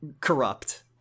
corrupt